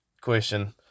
question